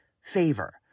favor